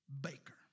Baker